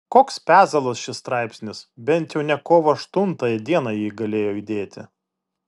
koks pezalas šis straipsnis bent jau ne kovo aštuntąją dieną jį galėjo įdėti